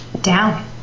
Down